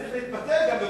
צריך גם להתבטא במשהו,